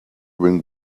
will